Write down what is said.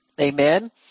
Amen